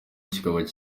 kikaba